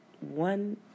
One